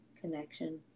connection